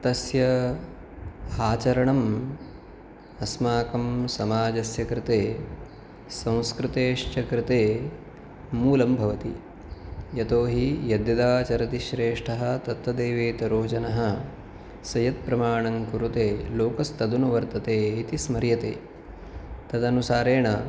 तस्य आचरणम् अस्माकं समाजस्य कृते संस्कृतेश्च कृते मूलं भवति यतोहि यद्यदाचरति श्रेष्ठः तत्तदेवेतरो जनः स यत्प्रमाणं कुरुते लोकस्तदनुवर्तते इति स्मर्यते तदनुसारेण